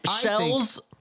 Shells